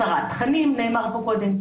הסרת תכנים נאמר פה קודם,